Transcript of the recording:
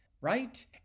Right